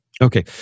Okay